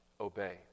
obey